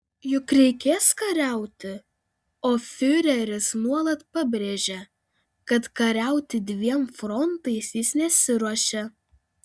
juk reikės kariauti o fiureris nuolat pabrėžia kad kariauti dviem frontais jis nesiruošia